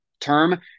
term